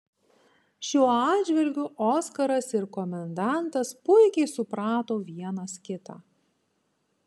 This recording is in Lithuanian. šiuo atžvilgiu oskaras ir komendantas puikiai suprato vienas kitą